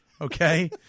Okay